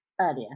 earlier